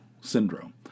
syndrome